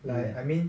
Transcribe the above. like I mean